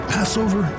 Passover